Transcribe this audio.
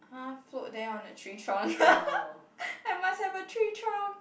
!huh! float there on a tree trunk I must have a tree trunk